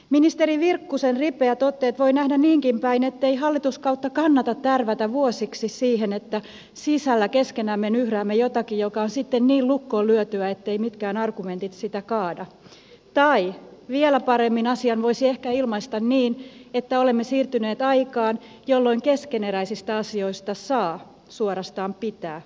ministeri virkkusen ripeät otteet voi nähdä niinkin päin ettei hallituskautta kannata tärvätä vuosiksi siihen että sisällä keskenämme nyhräämme jotakin joka on sitten niin lukkoon lyötyä etteivät mitkään argumentit sitä kaada tai vielä paremmin asian voisi ehkä ilmaista niin että olemme siirtyneet aikaan jolloin keskeneräisistä asioista saa suorastaan pitää puhua